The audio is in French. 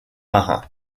marins